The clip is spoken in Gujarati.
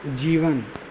જીવન